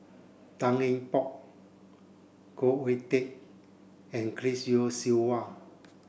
Tan Eng Bock Khoo Oon Teik and Chris Yeo Siew Hua